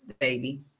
baby